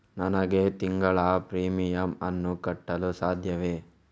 ನನಗೆ ತಿಂಗಳ ಪ್ರೀಮಿಯಮ್ ಅನ್ನು ಕಟ್ಟಲು ಸಾಧ್ಯವೇ?